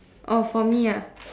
oh for me ah